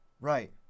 Right